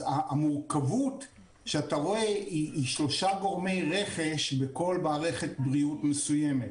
המורכבות שאתה רואה היא שלושה גורמי רכש בכל מערכת בריאות מסוימת.